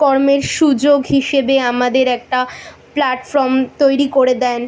কর্মের সুযোগ হিসেবে আমাদের একটা প্ল্যাটফর্ম তৈরি করে দেন